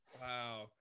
Wow